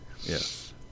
Yes